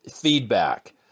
feedback